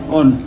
on